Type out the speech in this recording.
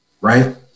right